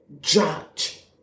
judge